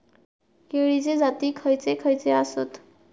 केळीचे जाती खयचे खयचे आसत?